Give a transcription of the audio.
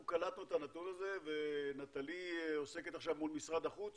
אנחנו קלטנו את הנתון הזה ונטלי עוסקת עכשיו מול משרד החוץ